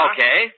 Okay